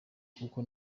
kuko